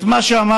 את מה שאמר